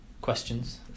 questions